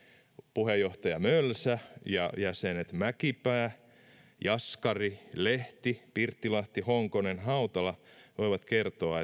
puheenjohtaja mölsä ja jäsenet mäkipää jaskari lehti pirttilahti honkonen ja hautala voivat kertoa